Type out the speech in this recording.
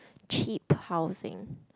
cheap housing